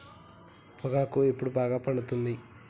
పొగాకు ఎప్పుడు బాగా పండుతుంది?